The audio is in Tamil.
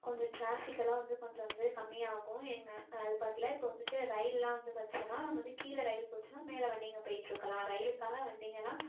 கொஞ்சம் ட்ராஃபிக் எல்லாம் வந்து கொஞ்சம் வந்து கம்மியாகும் எங்க அது பாட்டுல இப்போ வந்துவிட்டு ரயில்லாம் வந்து வச்சோன்னா நம்ம வந்து கீழே ரயில் போச்சுன்னா மேலே வண்டிங்க போய்ட்ருக்கலாம் ரயிலுக்காக வண்டிங்கள்லாம்